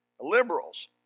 liberals